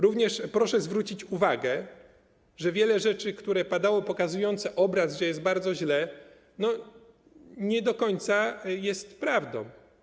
Również proszę zwrócić uwagę na to, że wiele rzeczy, które padało, pokazując obraz, że jest bardzo źle, nie do końca jest prawdą.